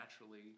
naturally